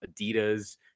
Adidas